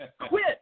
Quit